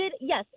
yes